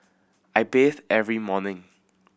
I bathe every morning